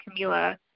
Camila